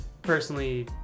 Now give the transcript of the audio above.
personally